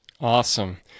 awesome